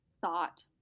thought